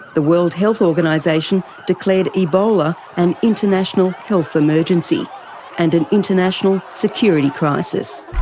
the world health organisation declared ebola an international health emergency and an international security crisis.